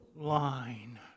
line